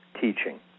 teaching